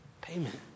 Payment